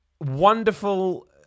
wonderful